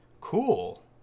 Cool